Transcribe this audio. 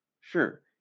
Sure